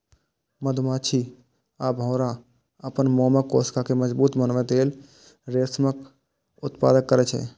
मधुमाछी आ भौंरा अपन मोमक कोशिका कें मजबूत बनबै लेल रेशमक उत्पादन करै छै